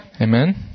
Amen